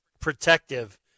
protective